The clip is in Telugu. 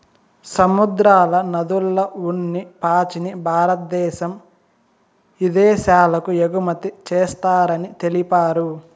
సముద్రాల, నదుల్ల ఉన్ని పాచిని భారద్దేశం ఇదేశాలకు ఎగుమతి చేస్తారని తెలిపారు